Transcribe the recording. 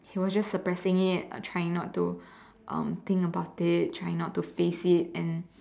he was just suppressing it trying not to think about it trying not to face it and